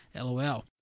LOL